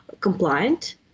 compliant